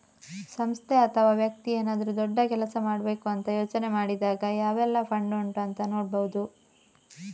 ಸಂಸ್ಥೆ ಅಥವಾ ವ್ಯಕ್ತಿ ಏನಾದ್ರೂ ದೊಡ್ಡ ಕೆಲಸ ಮಾಡ್ಬೇಕು ಅಂತ ಯೋಚನೆ ಮಾಡಿದಾಗ ಯಾವೆಲ್ಲ ಫಂಡ್ ಉಂಟು ಅಂತ ನೋಡ್ಬಹುದು